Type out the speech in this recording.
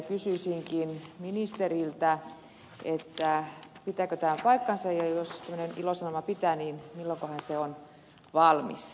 kysyisinkin ministeriltä pitääkö tämä paikkansa ja jos tämmöinen ilosanoma pitää paikkansa niin milloinkohan se on valmis